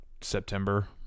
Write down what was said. September